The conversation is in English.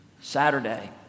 Saturday